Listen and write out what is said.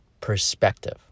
perspective